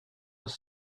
his